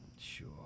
Sure